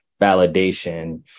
validation